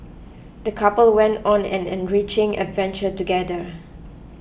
the couple went on an enriching adventure together